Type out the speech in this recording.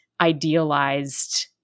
idealized